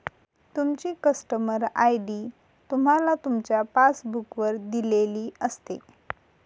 तुमची customer ID तुम्हाला तुमच्या पासबुक वर दिलेली असते